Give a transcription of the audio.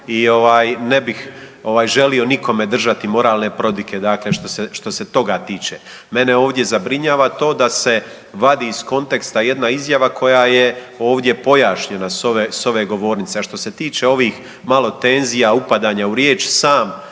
i ne bih želio nikome držati moralne prodike, dakle što se toga tiče. Mene ovdje zabrinjava to da se vadi iz konteksta jedna izjava koja je ovdje pojašnjena sa ove govornice. A što se tiče ovih malo tenzija, upadanja u riječ sam